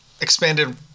expanded